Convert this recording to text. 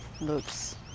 looks